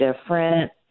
different